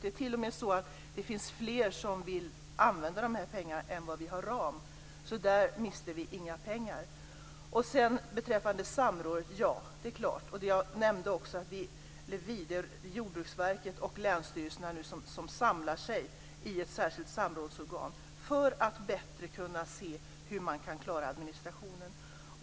Det är t.o.m. så att det finns fler som vill använda de här pengarna än vad som finns inom ramen, så där mister vi inga pengar. Beträffande samrådet nämnde jag att Jordbruksverket och länsstyrelserna nu samlar sig i ett särskilt samrådsorgan för att se hur man bättre kan klara administrationen.